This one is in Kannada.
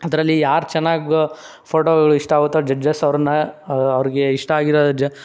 ಅದರಲ್ಲಿ ಯಾರು ಚೆನ್ನಾಗಿ ಫೋಟೋಗಳ ಇಷ್ಟಾಗುತ್ತೋ ಜಡ್ಜಸ್ ಅವ್ರನ್ನು ಅವ್ರಿಗೆ ಇಷ್ಟ ಆಗಿರೋ ಜ